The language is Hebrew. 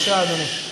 בבקשה, אדוני.